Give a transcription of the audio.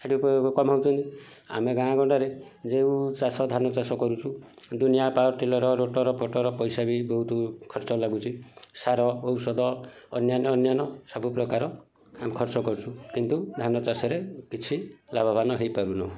ହେଠି କମାଉଛନ୍ତି ଆମେ ଗାଁ ଗଣ୍ଡାରେ ଯେଉଁ ଚାଷ ଧାନ ଚାଷ କରୁଛୁ ଦୁନିଆ ପାୱାର ଟିଲର ରୋଟରୀ ଫୋଟର ପଇସା ବି ବହୁତ ଖର୍ଚ୍ଚ ଲାଗୁଛି ସାର ଔଷଧ ଅନ୍ୟାନ୍ୟ ଅନ୍ୟାନ ସବୁ ପ୍ରକାର ଆମେ ଖର୍ଚ୍ଚ କରୁଛୁ କିନ୍ତୁ ଧାନ ଚାଷରେ କିଛି ଲାଭବାନ ହେଇପାରୁନୁ